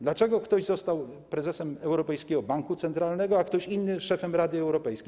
Dlaczego ktoś został prezesem Europejskiego Banku Centralnego, a ktoś inny szefem Rady Europejskiej?